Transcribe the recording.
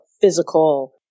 physical